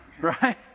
Right